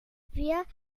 wir